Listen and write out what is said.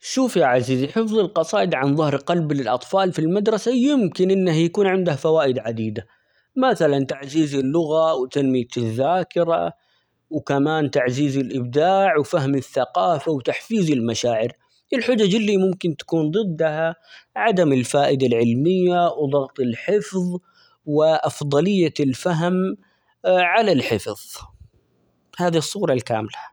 شوف يا عزيزي حفظ القصائد عن ظهر قلب للأطفال في المدرسة يمكن إنه يكون عنده فوائد عديدة ، مثلا :تعزيز اللغة ، وتنمية الذاكرة ،وكمان تعزيز الإبداع ،وفهم الثقافة ،وتحفيز المشاعر الحجج اللي ممكن تكون ضدها عدم الفائدة العلمية ،وضغط الحفظ وأفضلية الفهم على الحفظ ،هذه الصورة الكاملة.